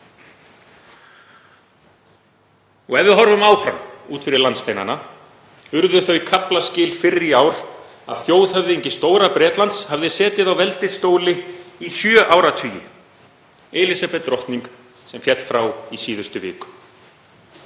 Ef við horfum áfram út fyrir landsteinana urðu þau kaflaskil fyrr í ár að þjóðhöfðingi Stóra-Bretlands hafði setið á veldisstóli í sjö áratugi, Elísabet drottning, sem féll frá í síðustu viku.